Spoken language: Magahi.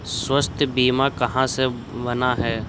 स्वास्थ्य बीमा कहा से बना है?